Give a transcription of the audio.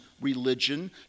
religion